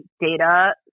data